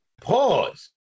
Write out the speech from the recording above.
Pause